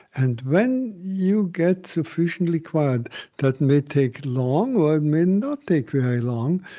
and when you get sufficiently quiet that may take long, or it may not take very long,